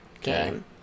game